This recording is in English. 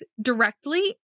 directly